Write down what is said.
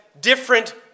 different